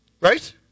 Right